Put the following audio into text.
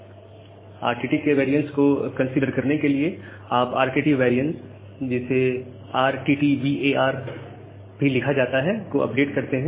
RTT के variance को consider करने के लिए आप RTT वेरिएशन जिसे RTTVAR भी लिखा जाता है को अपडेट करते हैं